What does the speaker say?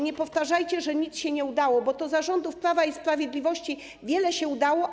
Nie powtarzajcie, że nic się nie udało, bo za rządów Prawa i Sprawiedliwości wiele się udało.